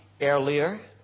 earlier